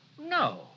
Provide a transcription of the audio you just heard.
No